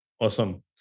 Awesome